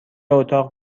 اتاق